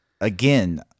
Again